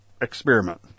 experiment